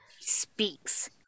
speaks